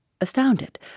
Astounded